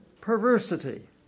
perversity